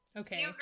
okay